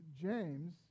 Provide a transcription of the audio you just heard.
James